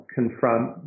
confront